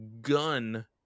gun